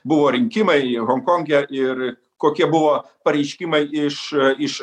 buvo rinkimai honkonge ir kokie buvo pareiškimai iš iš